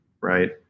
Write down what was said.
right